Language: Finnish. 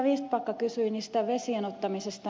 vistbacka kysyi vesien ottamisesta